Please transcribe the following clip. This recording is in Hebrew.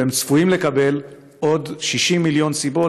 והם צפויים לקבל עוד 60 מיליון סיבות,